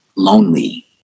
lonely